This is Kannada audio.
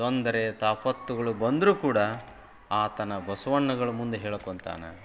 ತೊಂದರೆ ತಾಪತ್ರೆಗಳು ಬಂದರೂ ಕೂಡ ಆತನ ಬಸ್ವಣ್ಣಗಳ ಮುಂದೆ ಹೇಳ್ಕೊಂತಾನೆ